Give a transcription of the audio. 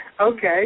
okay